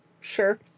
Sure